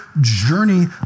journey